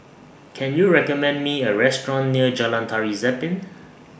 Can YOU recommend Me A Restaurant near Jalan Tari Zapin